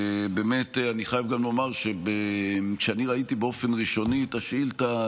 אני חייב לומר שכשאני ראיתי באופן ראשוני את השאילתה,